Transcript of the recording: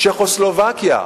צ'כוסלובקיה,